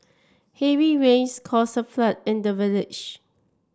heavy rains caused a flood in the village